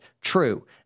true